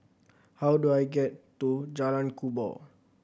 how do I get to Jalan Kubor